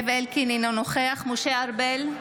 אינו נוכח משה ארבל,